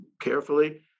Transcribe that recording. carefully